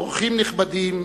אורחים נכבדים,